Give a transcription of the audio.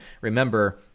Remember